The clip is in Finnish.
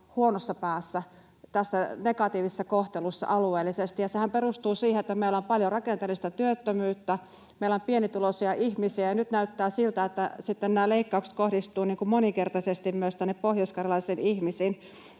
huonossa päässä, tässä negatiivisessa kohtelussa alueellisesti. Sehän perustuu siihen, että meillä on paljon rakenteellista työttömyyttä, meillä on pienituloisia ihmisiä, ja nyt näyttää siltä, että myös nämä leikkaukset kohdistuvat moninkertaisesti tänne pohjoiskarjalaisiin ihmisiin.